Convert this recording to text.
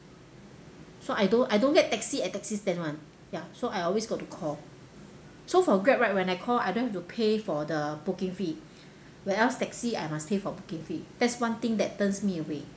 so I don't I don't get taxi at taxi stand [one] ya so I always got to call so for grab right when I call I don't have to pay for the booking fee where else taxi I must pay for booking fee that's one thing that turns me away